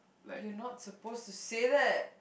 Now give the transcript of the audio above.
you're not supposed to say that